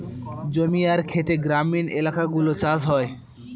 জমি আর খেতে গ্রামীণ এলাকাগুলো চাষ হয়